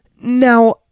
now